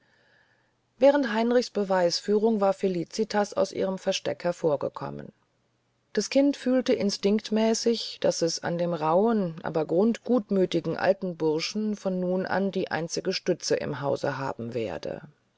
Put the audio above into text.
während heinrichs beweisführung war felicitas aus ihrem verstecke hervorgekommen das kind fühlte instinktmäßig daß es an dem rauhen aber grundgutmütigen alten burschen von nun an die einzige stütze im hause haben werde